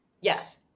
Yes